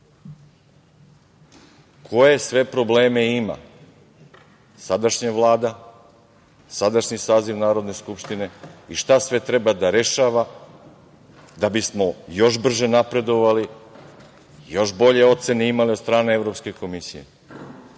sve probleme ima sadašnja Vlada, sadašnji saziv Narodne skupštine i šta sve treba da rešava da bismo još brže napredovali, još bolje ocene imali od strane Evropske komisije?